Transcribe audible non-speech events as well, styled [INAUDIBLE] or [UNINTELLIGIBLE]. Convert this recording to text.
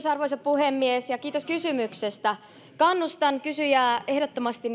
[UNINTELLIGIBLE] arvoisa puhemies kiitos kysymyksestä kannustan kysyjää ehdottomasti [UNINTELLIGIBLE]